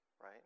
right